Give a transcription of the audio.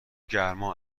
گرما